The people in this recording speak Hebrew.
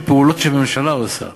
של פעולות שהממשלה עושה.